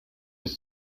ist